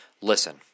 listen